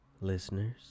listeners